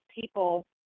people